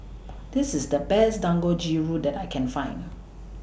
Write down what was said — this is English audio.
This IS The Best Dangojiru that I Can Find